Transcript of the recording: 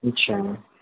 अच्छा